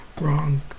Wrong